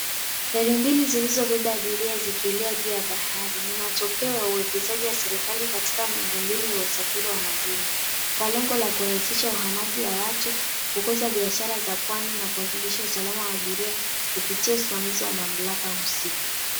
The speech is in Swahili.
Feri mbili zilizobeba abiria zikielea juu ya bahari ni matokeo ya uwekezaji wa serikali katika miundombinu ya usafiri wa majini. Kwa lengo la kurahisisha uhamaji wa watu, kukuza biashara za pwani, na kuhakikisha usalama wa abiria kupitia usimamizi wa mamlaka husika.